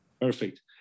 Perfect